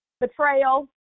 Betrayal